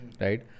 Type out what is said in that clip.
right